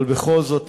אבל בכל זאת,